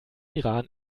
iran